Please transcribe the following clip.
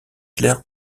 claire